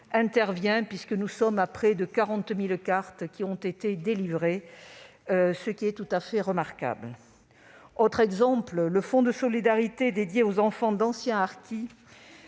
puisque près de 40 000 cartes ont été délivrées, ce qui est remarquable. Autre exemple : le fonds de solidarité dédié aux enfants d'anciens harkis,